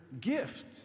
gift